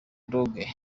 dogg